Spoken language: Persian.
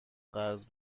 قرض